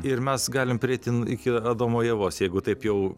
ir mes galim prieiti iki adomo ievos jeigu taip jau